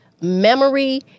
memory